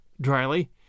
dryly